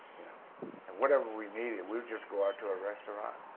you know and whatever we needed, we would just go out to a restaurant,